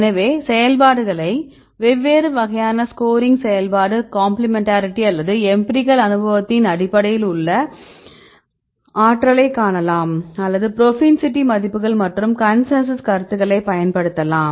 எனவே செயல்பாடுகளை வெவ்வேறு வகையான ஸ்கோரிங் செயல்பாடு காம்பிளிமெண்ட்டாரிட்டி அல்லது எம்பிரிகல் அனுபவத்தின் அடிப்படையில் அல்லது ஆற்றலைக் காணலாம் அல்லது புரோபென்சிடி மதிப்புகள் மற்றும் கன்சென்சஸ் கருத்துக்களைப் பயன்படுத்தலாம்